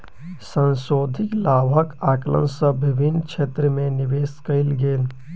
संशोधित लाभक आंकलन सँ विभिन्न क्षेत्र में निवेश कयल गेल